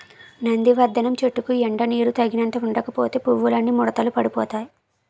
నందివర్థనం చెట్టుకి ఎండా నీరూ తగినంత ఉండకపోతే పువ్వులన్నీ ముడతలు పడిపోతాయ్